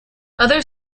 other